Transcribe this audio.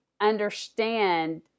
understand